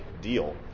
deal